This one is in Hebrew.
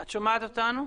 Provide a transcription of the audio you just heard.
תודה.